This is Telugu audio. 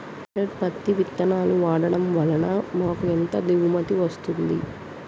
హైబ్రిడ్ పత్తి విత్తనాలు వాడడం వలన మాకు ఎంత దిగుమతి వస్తుంది?